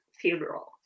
funeral